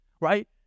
right